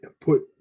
put